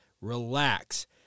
relax